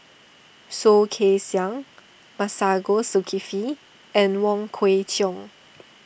Soh Kay Siang Masagos Zulkifli and Wong Kwei Cheong